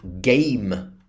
game